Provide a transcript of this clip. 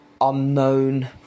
unknown